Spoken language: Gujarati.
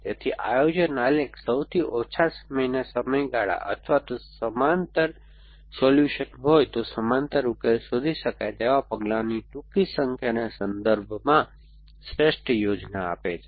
તેથી આયોજન આલેખ સૌથી ઓછા સમયના સમયગાળા અથવા સમાંતર સોલ્યુશન હોય તો સમાંતર ઉકેલો શોધી શકાય તેવા પગલાઓની ટૂંકી સંખ્યાના સંદર્ભમાં શ્રેષ્ઠ યોજના આપે છે